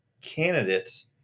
candidates